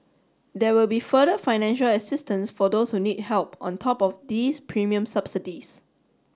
there will be further financial assistance for those who need help on top of these premium subsidies